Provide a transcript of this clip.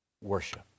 worship